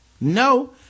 no